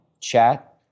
chat